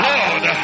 Lord